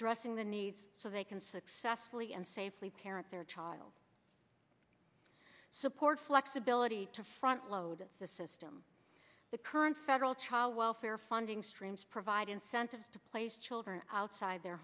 addressing the needs so they can successfully and safely parent their child support flexibility to front load the system the current federal child welfare funding streams provide incentive to place children outside their